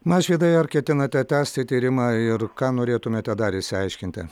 mažvydai ar ketinate tęsti tyrimą ir ką norėtumėte dar išsiaiškinti